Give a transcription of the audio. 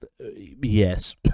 Yes